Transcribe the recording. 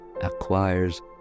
acquires